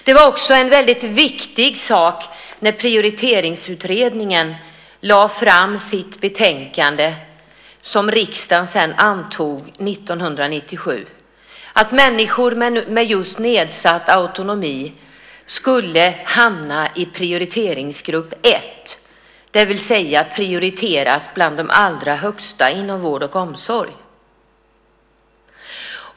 Det var en viktig sak som hände när Prioriteringsutredningen lade fram sitt betänkande, som riksdagen sedan antog 1997. Då slog man fast att just människor med nedsatt autonomi skulle hamna i prioriteringsgrupp 1, det vill säga att de skulle prioriteras allra högst i vård och omsorg.